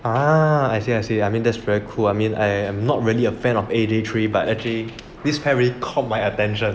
ah I see I see I mean that's very cool I mean I'm not really a fan of A_J three but actually this pair really caught my attention